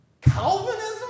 Calvinism